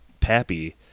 Pappy